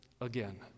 again